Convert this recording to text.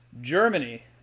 Germany